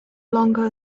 longer